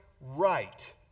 right